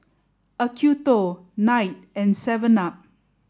Acuto Knight and seven up